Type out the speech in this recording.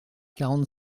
quarante